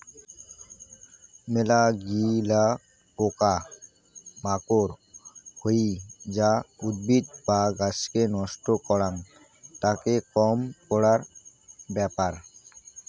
মেলাগিলা পোকা মাকড় হই যা উদ্ভিদ বা গাছকে নষ্ট করাং, তাকে কম করার ব্যাপার